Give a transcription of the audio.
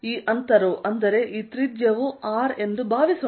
ಈ ಅಂತರವು ಅಂದರೆ ಈ ತ್ರಿಜ್ಯವು R ಎಂದು ಭಾವಿಸೋಣ